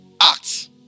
act